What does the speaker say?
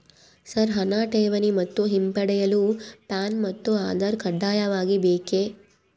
Sir ಹಣ ಠೇವಣಿ ಮತ್ತು ಹಿಂಪಡೆಯಲು ಪ್ಯಾನ್ ಮತ್ತು ಆಧಾರ್ ಕಡ್ಡಾಯವಾಗಿ ಬೇಕೆ?